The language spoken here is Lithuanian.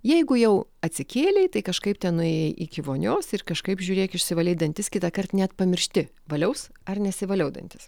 jeigu jau atsikėlei tai kažkaip ten nuėjai iki vonios ir kažkaip žiūrėk išsivalei dantis kitąkart net pamiršti valiaus ar nesivaliau dantis